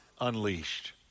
unleashed